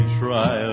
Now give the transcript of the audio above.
try